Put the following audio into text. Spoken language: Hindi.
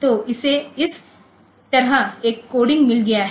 तोइसे इस तरह एक कोडिंग मिल गया है